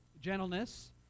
gentleness